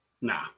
Nah